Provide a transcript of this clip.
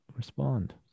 Respond